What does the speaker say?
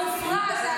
המופרע הזה,